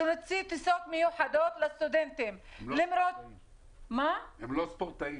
להוציא טיסות מיוחדות לסטודנטים למרות -- הם לא ספורטאים.